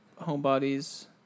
homebodies